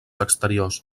exteriors